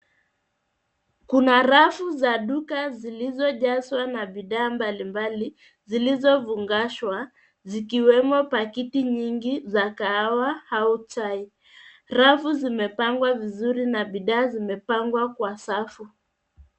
Kuna rafu za duka zilizojazwa na bidhaa mbalimbali zilizofungashwa, zikiwemo pakiti nyingi za kahawa au chai. Rafu zimepangwa vizuri na bidhaa zimepangwa kwa safu.